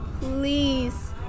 please